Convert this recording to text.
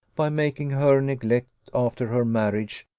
by making her neglect, after her marriage,